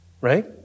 Right